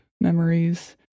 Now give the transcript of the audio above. memories